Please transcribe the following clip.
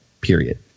period